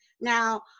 Now